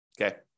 Okay